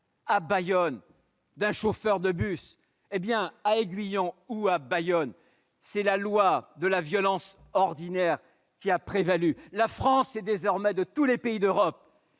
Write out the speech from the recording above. à Bayonne, d'un chauffeur de bus ! À Aiguillon ou à Bayonne, pourtant, c'est la loi de la violence ordinaire qui a prévalu. La France est désormais le pays d'Europe